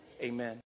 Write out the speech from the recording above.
Amen